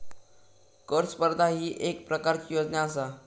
कर स्पर्धा ही येक प्रकारची योजना आसा